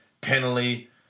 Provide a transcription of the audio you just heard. Penalty